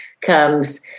comes